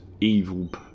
evil